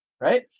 right